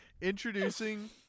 Introducing